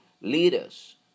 leaders